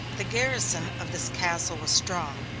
the garrison of this castle was strong,